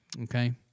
Okay